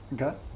Okay